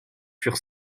furent